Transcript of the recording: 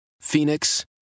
Phoenix